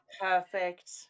perfect